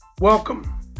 Welcome